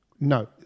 No